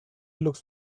looks